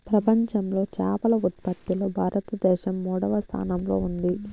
ప్రపంచంలో చేపల ఉత్పత్తిలో భారతదేశం మూడవ స్థానంలో ఉంది